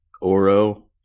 Oro